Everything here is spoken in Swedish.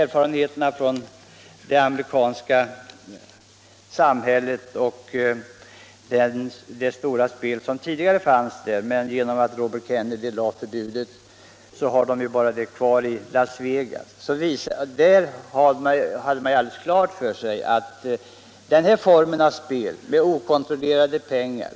I det amerikanska samhället förekom det tidigare en omfattande spelverksamhet, men tack vare att Robert Kennedy genomförde ett förbud har man spelet kvar bara i Las Vegas. Där hade man alldeles klart för sig att den här formen av spel rör sig om okontrollerade pengar.